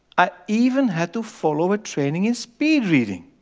i even had to follow a training in speed reading.